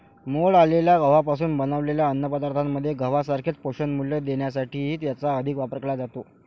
मोड आलेल्या गव्हापासून बनवलेल्या अन्नपदार्थांमध्ये गव्हासारखेच पोषणमूल्य देण्यासाठीही याचा अधिक वापर केला जातो